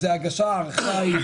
זו הגשה ארכאית,